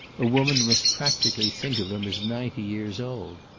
a woman must practically think of him as ninety years old.